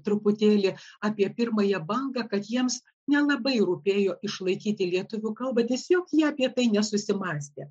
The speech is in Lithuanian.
truputėlį apie pirmąją bangą kad jiems nelabai rūpėjo išlaikyti lietuvių kalbą tiesiog jie apie tai nesusimąstė